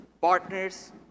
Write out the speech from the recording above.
partners